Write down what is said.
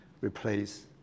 replace